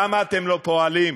למה אתם לא פועלים?